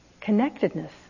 connectedness